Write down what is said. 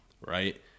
right